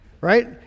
right